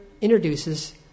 introduces